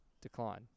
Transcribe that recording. decline